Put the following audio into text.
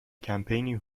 کمپینی